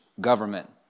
government